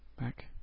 back